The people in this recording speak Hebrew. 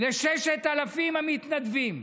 ל-6,000 המתנדבים.